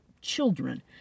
children